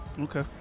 Okay